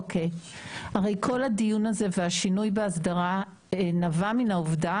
הרי כל הדיון הזה והשינוי בהסדרה נבע מתוך העובדה